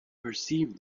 perceived